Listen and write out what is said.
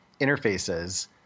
interfaces